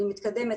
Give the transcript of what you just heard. אני מתקדמת.